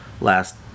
last